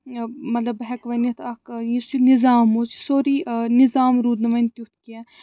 مطلب بہٕ ہٮ۪کہٕ ؤنِتھ اکھ یُس یہِ نِظام اوس یہِ سورٕے نِظام روٗد نہٕ وۄنۍ تیُتھ کیٚنٛہہ